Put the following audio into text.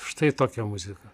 štai tokią muziką